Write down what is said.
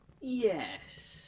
Yes